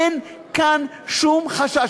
אין כאן שום חשש,